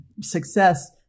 success